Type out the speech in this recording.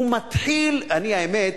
האמת,